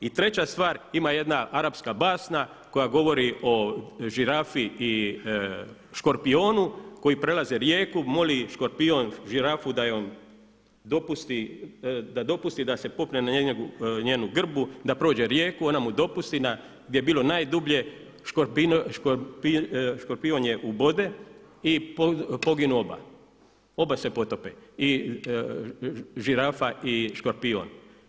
I treća stvar, ima jedna arapska basna koja govori o žirafi i škorpionu koji prelaze rijeku, moli škorpion žirafu da joj on dopusti, da dopusti da se popne na njenu grbu, da prođe rijeku, ona mu dopusti, gdje je bilo najdublje, škorpion je ubode i poginu oba, oba se potope i žirafa i škorpion.